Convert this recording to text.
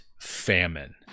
famine